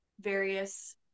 various